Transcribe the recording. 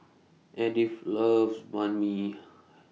Edith loves Banh MI